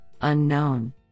unknown